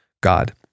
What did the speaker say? god